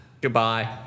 Goodbye